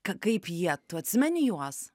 ką kaip jie tu atsimeni juos